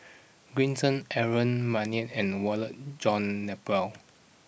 Green Zeng Aaron Maniam and Walter John Napier